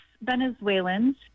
Venezuelans